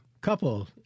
couple